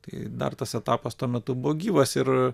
tai dar tas etapas tuo metu buvo gyvas ir